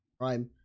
Prime